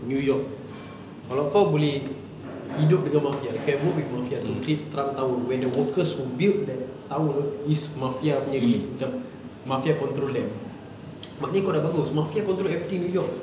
new york kalau kau boleh hidup dengan mafia you can work with mafia to create trump tower when the workers who built that tower is mafia nya macam mafia control them but ni kau dah bagus mafia control everything new york